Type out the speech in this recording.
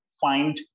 find